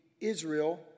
Israel